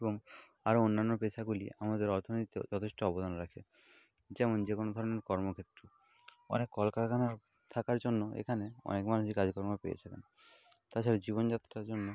এবং আরও অন্যান্য পেশাগুলি আমাদের অর্থনীতিতেও যথেষ্ট অবদান রাখে যেমন যে কোনো ধরনের কর্মক্ষেত্র অনেক কলকারখানা থাকার জন্য এখানে অনেক মানুষই কাজকর্ম পেয়েছিলেন তাছাড়া জীবনযাত্রার জন্য